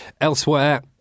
elsewhere